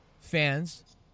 fans